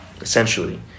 essentially